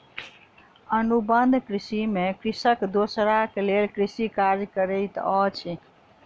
अनुबंध कृषि में कृषक दोसराक लेल कृषि कार्य करैत अछि